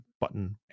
button